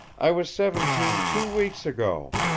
i was seventeen two weeks ago!